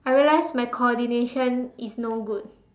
I realize my coordination is no good